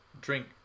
drink